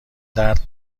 درد